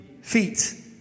feet